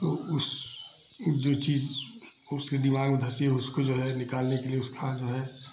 तो उस जो चीज उसके दिमाग में धँसी है उसको जो है निकालने के लिए उसका जो है